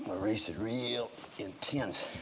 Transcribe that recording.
erase it real intense